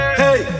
hey